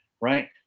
Right